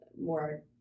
more